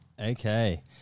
Okay